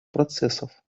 процессов